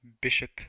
bishop